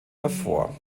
hervor